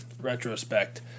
retrospect